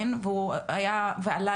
וזה עלה